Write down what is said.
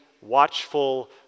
watchful